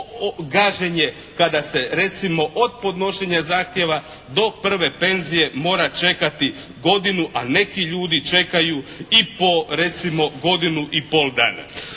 gaženje kada se recimo od podnošenja zahtjeva do prve penzije mora čekati godinu, a neki ljudi čekaju i po recimo godinu i pol dana.